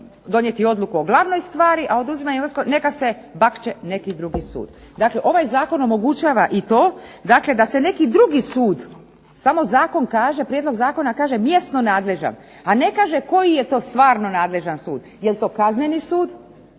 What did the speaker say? donijeti odluku o glavnoj stvari, a oduzimanje imovinske neka se bakče neki drugi sud. Dakle, ovaj zakon omogućava i to, dakle da se neki drugi sud samo zakon kaže, prijedlog zakona kaže mjesno nadležan a ne kaže koji je to stvarno nadležan sud. Jel' to kazneni sud,